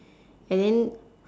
and then